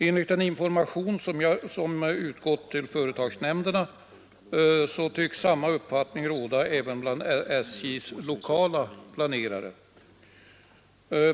Enligt den information som utgått till företagsnämnderna tycks samma uppfattning råda även bland SJ:s lokala planerare.